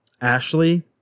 Ashley